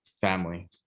family